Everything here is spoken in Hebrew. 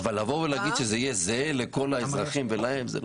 לבוא ולומר שזה יהיה זהה לכל האזרחים ולהם, זה לא.